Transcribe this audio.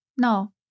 No